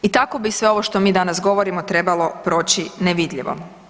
I tako bi sve ovo što mi danas govorimo, trebalo proći nevidljivo.